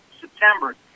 September